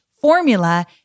formula